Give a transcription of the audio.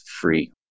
free